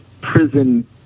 prison